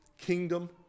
kingdom